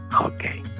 Okay